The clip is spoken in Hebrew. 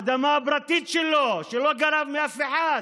האדמה הפרטית שלו, שלא גנב מאף אחד,